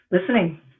listening